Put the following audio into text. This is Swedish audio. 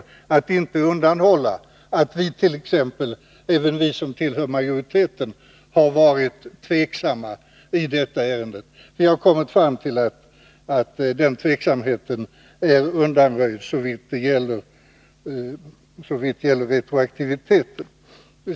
Vi har inte undanhållit riksdagen att även vi som tillhör majoriteten har varit tveksamma till förslaget. Den tveksamheten är nu undanröjd såvitt gäller retroaktiviteten.